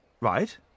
Right